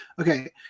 Okay